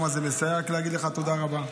רק אגיד לך תודה רבה,